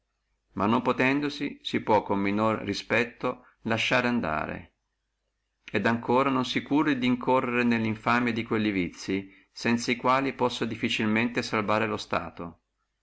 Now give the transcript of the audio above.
ma non possendo vi si può con meno respetto lasciare andare et etiam non si curi di incorrere nella infamia di quelli vizii sanza quali possa difficilmente salvare lo stato